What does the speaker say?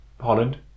Holland